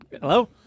Hello